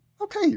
okay